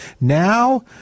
Now